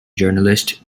journalist